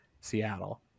seattle